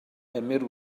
emyr